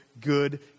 good